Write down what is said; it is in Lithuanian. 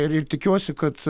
ir tikiuosi kad